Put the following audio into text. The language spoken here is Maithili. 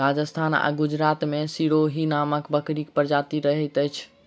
राजस्थान आ गुजरात मे सिरोही नामक बकरीक प्रजाति रहैत अछि